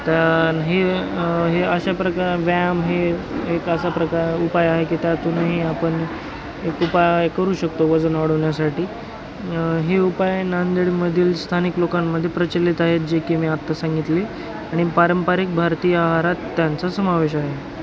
तर हे हे अशा प्रकार व्यायाम हे एक असा प्रकार उपाय आहे की त्यातूनही आपण एक उपाय करू शकतो वजन वाढवण्यासाठी हे उपाय नांदेडमधील स्थानिक लोकांमध्ये प्रचलित आहेत जे की मी आत्ता सांगितली आणि पारंपरिक भारतीय आहारात त्यांचा समावेश आहे